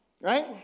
Right